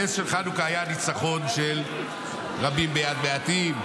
הנס של חנוכה היה הניצחון של רבים ביד מעטים,